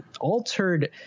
altered